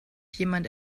jemand